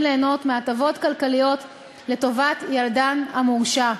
ליהנות מהטבות כלכליות לטובת ילדם המורשע.